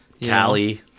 cali